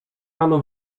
rano